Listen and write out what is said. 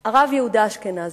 הרב יהודה אשכנזי.